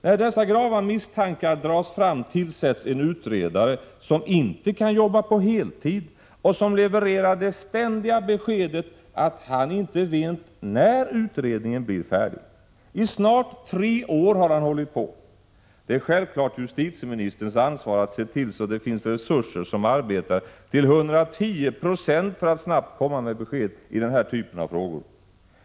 När dessa grava misstankar dras fram tillsätts en utredare som inte kan jobba på heltid och som ständigt levererar beskedet att han inte vet när utredningen blir färdig. I snart tre år har utredaren hållit på. Det är självklart att justitieministern har ett ansvar för att det finns resurser, så att man till 110 96 kan arbeta för att snabbt kunna komma med besked i den här typen av frågor.